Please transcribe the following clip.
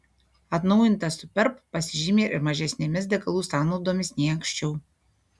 atnaujintas superb pasižymi ir mažesnėmis degalų sąnaudomis nei anksčiau